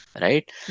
right